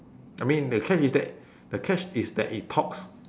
I mean the catch is that the catch is that it talks